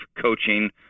coaching